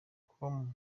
com